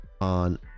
on